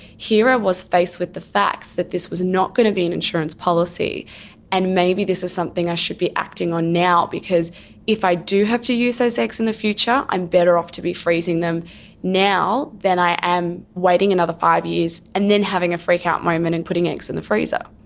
here i was faced with the facts that this was not going to be an insurance policy and maybe this is something i should be acting on now because if i do have to use those eggs in the future, i'm better off to be freezing them now than i am waiting another five years and then having a freak-out moment and putting eggs in the freezer.